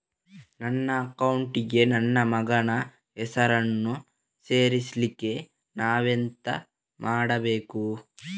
ನನ್ನ ಅಕೌಂಟ್ ಗೆ ನನ್ನ ಮಗನ ಹೆಸರನ್ನು ಸೇರಿಸ್ಲಿಕ್ಕೆ ನಾನೆಂತ ಮಾಡಬೇಕು?